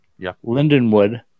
Lindenwood